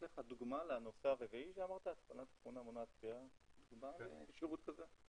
יש לך דוגמה לנושא הרביעי שאמרת?- -- שירות כזה?